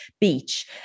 beach